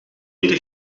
ieder